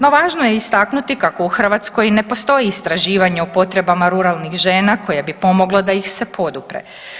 No, važno je istaknuti kako u Hrvatskoj ne postoji istraživanje o potrebama ruralnih žena koje bi pomogle da ih se podupre.